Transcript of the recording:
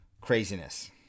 Craziness